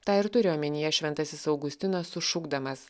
tą ir turi omenyje šventasis augustinas sušukdamas